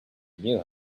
knew